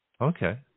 Okay